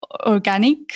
organic